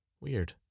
Weird